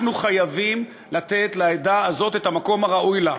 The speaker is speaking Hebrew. אנחנו חייבים לתת לעדה הזאת את המקום הראוי לה,